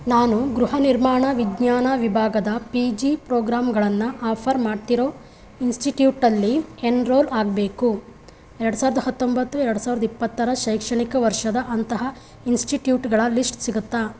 ನಾನು ಗೃಹನಿರ್ಮಾಣ ವಿಜ್ಞಾನ ವಿಭಾಗದ ಪಿ ಜಿ ಪ್ರೋಗ್ರಾಮ್ಗಳನ್ನು ಆಫರ್ ಮಾಡ್ತಿರೋ ಇನ್ಸ್ಟಿಟ್ಯೂಟಲ್ಲಿ ಎನ್ರೋಲ್ ಆಗಬೇಕು ಎರಡು ಸಾವ್ರ್ದ ಹತ್ತೊಂಬತ್ತು ಎರಡು ಸಾವ್ರ್ದ ಇಪ್ಪತ್ತರ ಶೈಕ್ಷಣಿಕ ವರ್ಷದ ಅಂತಹ ಇನ್ಸ್ಟಿಟ್ಯೂಟ್ಗಳ ಲಿಸ್ಟ್ ಸಿಗುತ್ತಾ